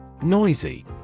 Noisy